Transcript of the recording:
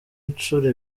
incuro